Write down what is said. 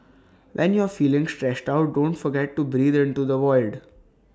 when you are feeling stressed out don't forget to breathe into the void